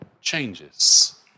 changes